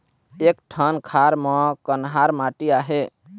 एक ठन खार म कन्हार माटी आहे?